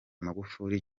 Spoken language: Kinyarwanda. magufuli